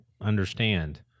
understand